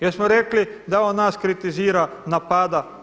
Jesmo rekli da on nas kritizira, napada?